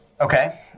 Okay